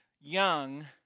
young